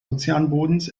ozeanbodens